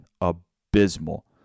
abysmal